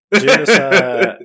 Genocide